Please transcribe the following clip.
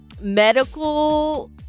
medical